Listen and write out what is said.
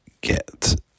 get